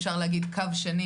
אפשר להגיד קו שני